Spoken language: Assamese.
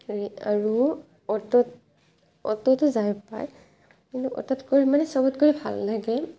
আৰু ৰি আৰু অটোত অটোতো যাই পায় কিন্তু অটোত গৈ মানে সবতকৈ ভাল লাগে